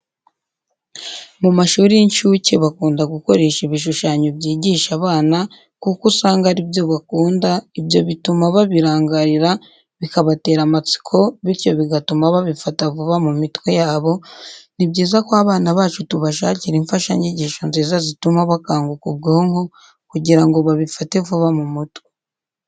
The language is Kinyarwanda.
Mu mashuri y'incuke bakunda gukoresha ibishishanyo byigisha abana kuko usanga ari byo bakunda, ibyo bituma babirangarira bikabatera amatsiko bityo bigatuma babifata vuba mu mitwe yabo, ni byiza ko abana bacu tubashakira imfashanyigisho nziza zituma bakanguka ubwonko kugira ngo babifate vuba mu mutwe.